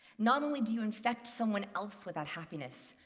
not only do you infect someone else with that happiness,